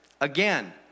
Again